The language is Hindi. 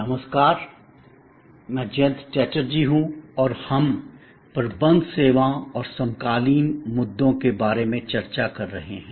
नमस्कार मैं जयंत चटर्जी हूं और हम प्रबंध सेवाओं और समकालीन मुद्दों के बारे में चर्चा कर रहे हैं